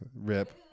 Rip